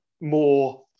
more